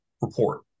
report